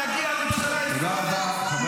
תודה רבה.